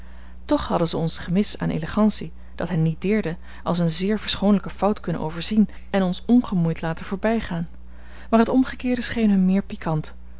toch hadden ze ons gemis aan élégantie dat hen niet deerde als eene zeer verschoonlijke fout kunnen overzien en ons ongemoeid laten voorbijgaan maar het omgekeerde scheen hun meer piquant